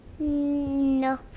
No